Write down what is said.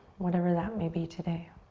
whatever that may be today.